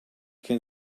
can